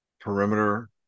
perimeter